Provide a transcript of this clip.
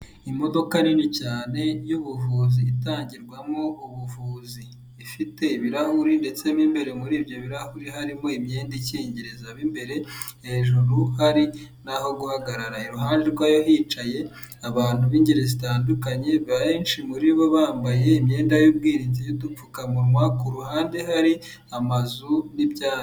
Imodoka nini cyane y'ubuvuzi itangirwamo ubuvuzi ifite ibirahuri ndetse n'imbere muri ibyo birahuri harimo imyenda ikingiriza abimbere, hejuru hari naho guhagarara, iruhande rwayo hicaye abantu b'ingeri zitandukanye benshi muri bo bambaye imyenda y'ubwirinzi n'udupfukamunwa ku ruhande hari amazu n'ibyatsi.